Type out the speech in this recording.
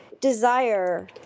desire